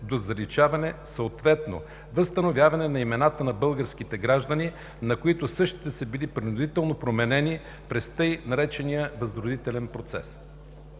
до заличаване, съответно възстановяване на имената на българските граждани, на които същите са били принудително променени през така наречения „възродителен процес“.